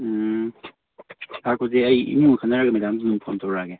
ꯎꯝ ꯍꯥꯏꯔꯛꯄꯁꯦ ꯑꯩ ꯏꯃꯨꯡꯒ ꯈꯟꯅꯔꯒ ꯃꯦꯗꯥꯝꯗ ꯑꯗꯨꯝ ꯐꯣꯟ ꯇꯧꯔꯛꯂꯒꯦ